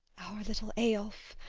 our little eyolf.